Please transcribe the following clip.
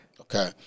Okay